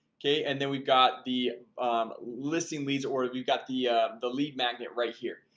okay, and then we've got the listing leads or you've got the the lead magnet right here.